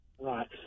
Right